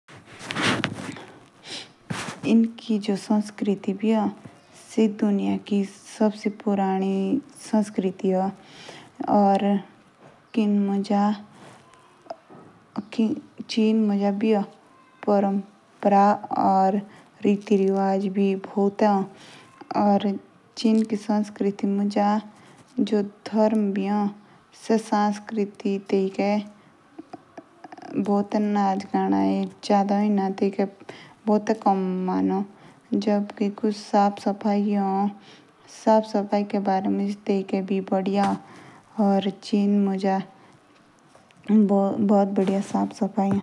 इनकी जो संस्कृति भी ए। सेई दुनिया की सबसे पुरानी संस्कृति। या जिन मुझ परम्परा या रीति रिवाज़ भी बहुत पुराने हैं। जो मुझे धर्म भी ए। या इनको संस्कृति मुझ नच गाना ए। या मुझ में सफ़ाई भी बहुत बढ़िया ए।